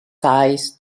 ties